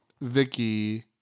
Vicky